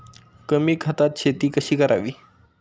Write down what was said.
कमी खतात शेती कशी करावी?